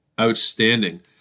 outstanding